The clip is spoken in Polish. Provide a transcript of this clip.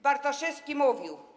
Bartoszewski mówił.